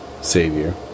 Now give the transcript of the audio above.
Savior